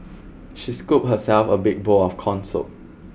she scooped herself a big bowl of corn soup